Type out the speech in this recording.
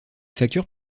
factures